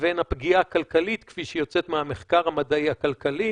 לבין הפגיעה הכלכלית כפי שהיא יוצאת מהמחקר המדעי הכלכלי.